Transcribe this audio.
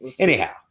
Anyhow